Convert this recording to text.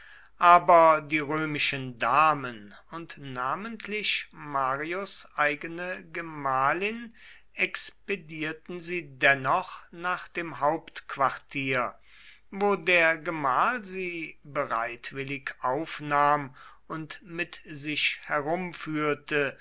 aber die römischen damen und namentlich marius eigene gemahlin expedierten sie dennoch nach dem hauptquartier wo der gemahl sie bereitwillig aufnahm und mit sich herumführte